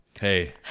Hey